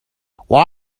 why